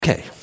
Okay